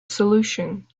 solution